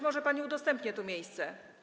Może pani udostępnię tu miejsce.